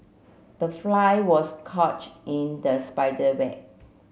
the fly was caught in the spider web